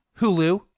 Hulu